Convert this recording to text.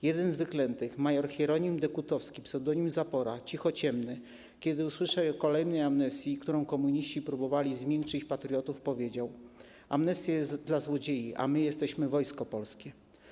Jeden z wyklętych, mjr Hieronim Dekutowski ps. Zapora, cichociemny, kiedy usłyszał o kolejnej amnestii, którą komuniści próbowali zmiękczyć patriotów, powiedział: Amnestia jest dla złodziei, a my jesteśmy Wojsko Polskie.